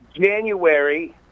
January